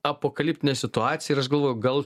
apokaliptinė situacija ir aš galvoju gal